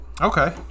okay